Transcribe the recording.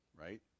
right